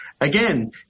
Again